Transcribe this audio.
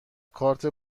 کارت